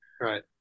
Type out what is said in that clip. Right